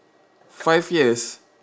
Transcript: five years